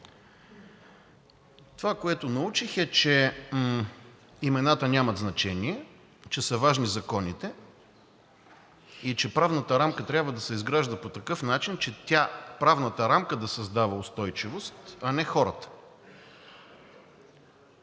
Това, което научих, е, че имената нямат значение, че са важни законите и че правната рамка трябва да се изгражда по такъв начин, че тя – правната рамка, да създава устойчивост, а не хората.